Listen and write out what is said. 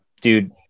Dude